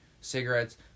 cigarettes